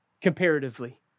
comparatively